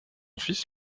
fils